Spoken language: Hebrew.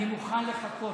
אני מוכן לחכות.